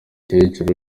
umukecuru